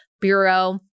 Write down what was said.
Bureau